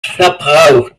verbraucht